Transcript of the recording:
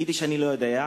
יידיש אני לא יודע,